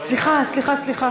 סליחה, סליחה.